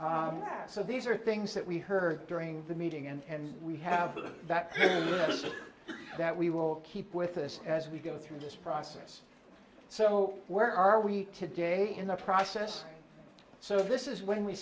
out so these are things that we heard during the meeting and we have that respect that we will keep with us as we go through this process so where are we today in the process so this is when we